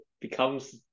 becomes